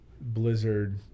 blizzard